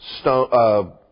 Stone